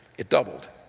it doubled.